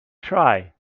try